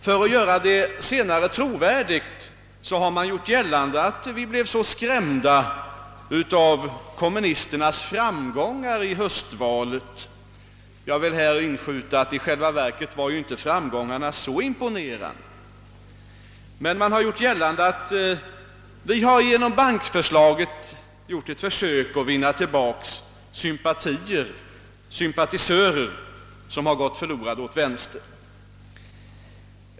För att göra påståendet trovärdigt har man gjort gällande att vi blivit skrämda av kommunisternas framgångar i höstvalet. Jag vill här inskjuta att de framgångarna i själva verket inte var särskilt imponerande. Man har menat att vi genom bankförslaget har gjort ett försök att vinna tillbaka sympatisörer som gått förlorade åt vänster.